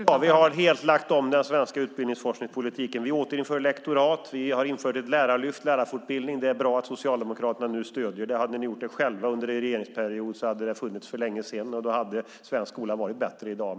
Fru talman! Vi har helt lagt om den svenska utbildningsforskningspolitiken. Vi återinför lektorat. Vi har infört ett lärarlyft och lärarfortbildning. Det är bra att Socialdemokraterna nu stöder detta. Hade ni gjort det själva under er regeringsperiod hade det funnits för länge sedan, och då hade svensk skola varit bättre i dag.